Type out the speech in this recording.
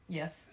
Yes